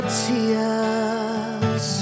tears